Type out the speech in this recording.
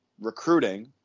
recruiting